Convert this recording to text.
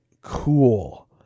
cool